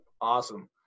awesome